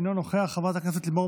אינו נוכח,